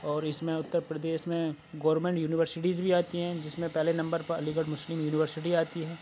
اور اس میں اتر پردیش میں گورمنٹ یونیورسٹیز بھی آتی ہیں جس میں پہلے نمبر پر علی گڑھ مسلم یونیورسٹی آتی ہے